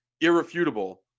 irrefutable